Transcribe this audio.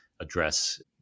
address